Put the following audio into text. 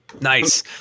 Nice